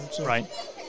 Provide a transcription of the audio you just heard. Right